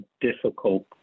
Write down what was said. difficult